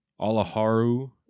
Alaharu